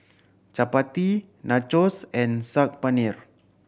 Chapati Nachos and Saag Paneer